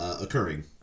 occurring